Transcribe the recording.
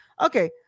Okay